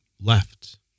left